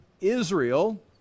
Israel